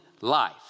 life